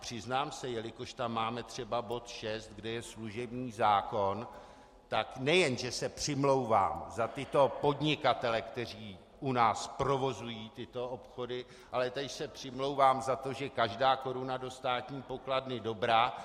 Přiznám se, jelikož tam máme dnes třeba bod 6, což je služební zákon, tak nejenže se přimlouvám za podnikatele, kteří u nás provozují tyto obchody, ale též se přimlouvám za to, že každá koruna do státní pokladny je dobrá.